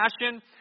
passion